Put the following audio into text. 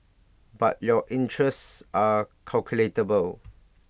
but your interests are